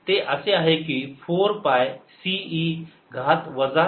ते असे आहे की 4 पाय C e घात वजा लांबडा r छेद r